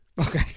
Okay